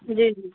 جی جی